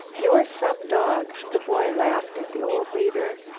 you're some dog! the boy laughed at the old leader.